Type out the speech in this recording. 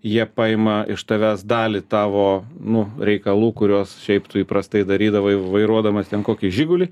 jie paima iš tavęs dalį tavo nu reikalų kurios šiaip tu įprastai darydavai vairuodamas ten kokį žigulį